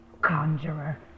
conjurer